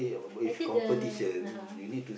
actually the uh-huh